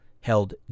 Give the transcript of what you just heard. held